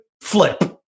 flip